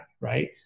right